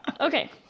Okay